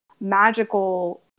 magical